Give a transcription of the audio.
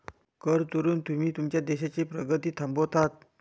कर चोरून तुम्ही तुमच्या देशाची प्रगती थांबवत आहात